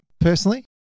personally